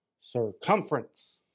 Circumference